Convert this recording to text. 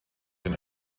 den